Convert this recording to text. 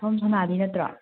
ꯁꯣꯝ ꯁꯣꯅꯥꯂꯤ ꯅꯠꯇ꯭ꯔꯣ